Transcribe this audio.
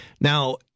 Now